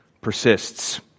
persists